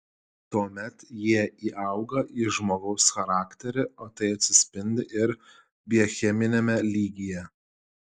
tuomet jie įauga į žmogaus charakterį o tai atsispindi ir biocheminiame lygyje